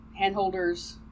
handholders